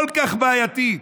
כל כך בעייתית,